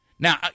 Now